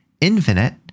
infinite